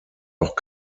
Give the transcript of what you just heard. auch